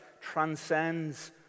transcends